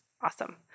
awesome